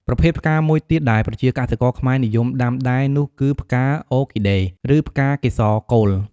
ប្រភេទផ្កាមួយទៀតដែលប្រជាកសិករខ្មែរនិយមដាំដែរនោះគឺ ផ្កា អ័រគីដេ ឬ ផ្កាកេសរកូល។